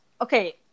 Okay